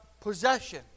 possession